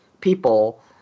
people